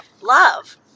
love